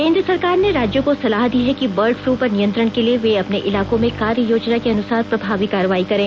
केंद्र सरकार ने राज्यों को सलाह दी है कि बर्ड फ्लू पर नियंत्रण के लिए वे अपने इलाकों में कार्ययोजना के अनुसार प्रभावी कार्रवाई करें